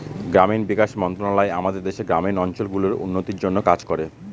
গ্রামীণ বিকাশ মন্ত্রণালয় আমাদের দেশের গ্রামীণ অঞ্চল গুলার উন্নতির জন্যে কাজ করে